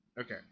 okay